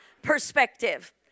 perspective